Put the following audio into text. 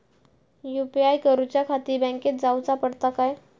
UPI करूच्याखाती बँकेत जाऊचा पडता काय?